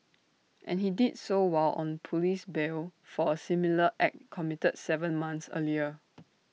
and he did so while on Police bail for A similar act committed Seven months earlier